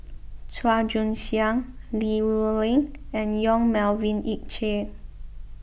Chua Joon Siang Li Rulin and Yong Melvin Yik Chye